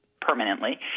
permanently –